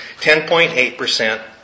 10.8%